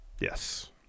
Yes